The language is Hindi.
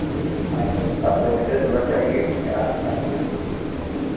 अए तो उसका प्रोसेस बताइए क्या करना है